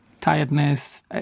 tiredness